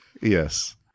Yes